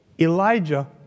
Elijah